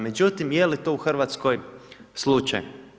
Međutim je li to u Hrvatskoj slučaj?